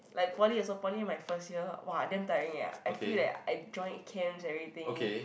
like poly also poly my first year !wah! damn tiring ah I feel that I joined camps everything